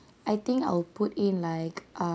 I think I'll put in like err